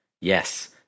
Yes